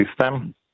system